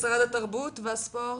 משרד התרבות והספורט.